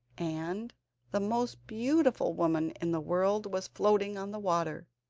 and the most beautiful woman in the world was floating on the water.